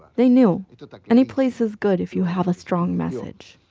they knew any place is good if you have a strong message.